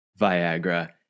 Viagra